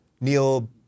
Neil